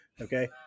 Okay